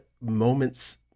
moments